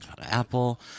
Apple